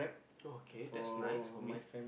okay that's nice for me